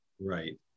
Right